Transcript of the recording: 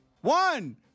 One